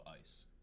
ice